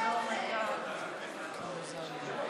ראש הממשלה, השרים,